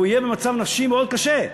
הוא יהיה במצב נפשי מאוד קשה.